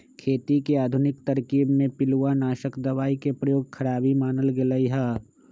खेती के आधुनिक तरकिब में पिलुआनाशक दबाई के प्रयोग खराबी मानल गेलइ ह